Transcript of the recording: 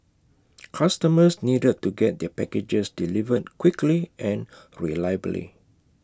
customers needed to get their packages delivered quickly and reliably